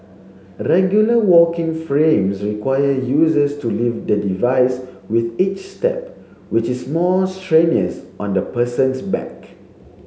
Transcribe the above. regular walking frames require users to lift the device with each step which is more strenuous on the person's back